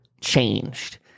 changed